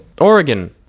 Oregon